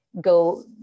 go